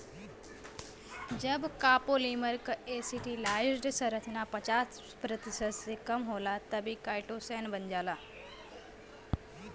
जब कॉपोलीमर क एसिटिलाइज्ड संरचना पचास प्रतिशत से कम होला तब इ काइटोसैन बन जाला